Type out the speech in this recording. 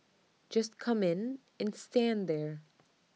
just come in and stand there